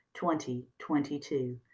2022